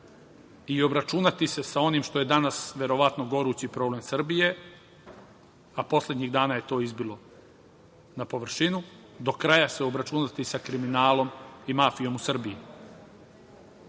i obračunati se sa onim što je danas verovatno gorući problem Srbije, a poslednjih dana je to izbilo na površinu, do kraja se obračunati sa kriminalom i mafijom u